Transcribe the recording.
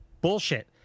bullshit